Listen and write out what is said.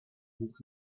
hoch